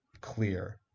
clear